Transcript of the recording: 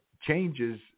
changes